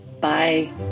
Bye